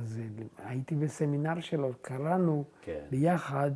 ‫אז הייתי בסמינר שלו, ‫קראנו ביחד